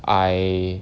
I